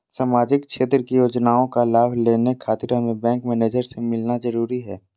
सामाजिक क्षेत्र की योजनाओं का लाभ लेने खातिर हमें बैंक मैनेजर से मिलना जरूरी है?